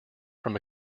from